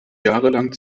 jahrelang